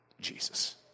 Jesus